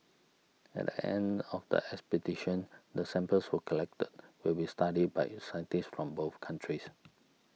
at the end of the expedition the samples who collected will be studied by scientists from both countries